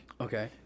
Okay